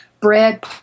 bread